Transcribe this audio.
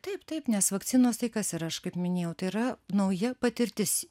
taip taip nes vakcinos tai kas yra aš kaip minėjau tai yra nauja patirtis